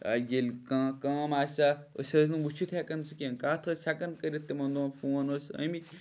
ییٚلہِ کانہہ کٲم آسہِ ہا أسۍ ٲسۍ نہٕ وُچھِتھ ہیٚکان سُہ کیٚنٛہہ کَتھ ٲسۍ ہیٚکان کٔرِتھ تِمن دوہن فون ٲسۍ آمٕتۍ